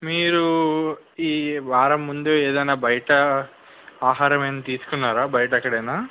మీరు ఈ వారం ముందు ఏదైనా బయట ఆహారం ఏమైనా తీసుకున్నారా బయట ఎక్కడైనా